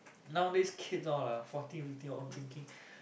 nowadays kids all ah fourteen fifteen all drinking